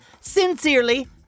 Sincerely